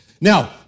Now